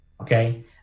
Okay